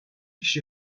kişi